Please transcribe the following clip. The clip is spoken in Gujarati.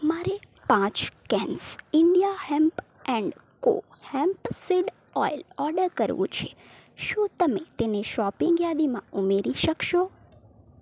મારે પાંચ cans India hemp and co hemp seed oil order કરવું છે શું તમે તેને શોપિંગ યાદીમાં ઉમેરી શકશો